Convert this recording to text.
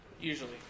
usually